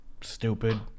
stupid